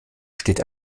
steht